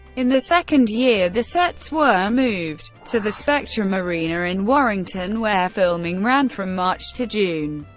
in the second year, the sets were moved to the spectrum arena in warrington, where filming ran from march to june.